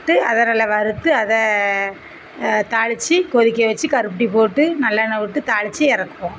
போட்டு அதை நல்லா வறுத்து அதை தாளித்து கொதிக்க வச்சு கருப்பட்டி போட்டு நல்லெண்ணெய் விட்டு தாளித்து இறக்குவோம்